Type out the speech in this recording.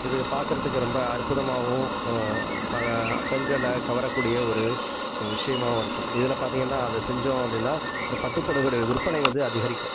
இது பார்க்கறதுக்கு ரொம்ப அற்புதமாகவும் ம பெண்களை கவரக்கூடிய ஒரு விஷயமாவும் இருக்கும் இதில் பார்த்திங்கன்னா அதை செஞ்சோம் அப்படின்னா அந்த பட்டுப் புடவையோடய விற்பனை வந்து அதிகரிக்கும்